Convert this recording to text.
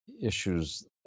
issues